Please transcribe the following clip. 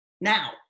Now